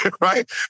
right